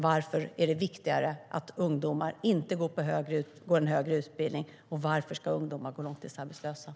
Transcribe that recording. Varför är det viktigare att ungdomar inte går en högre utbildning? Och varför ska ungdomar gå långtidsarbetslösa?